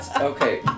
Okay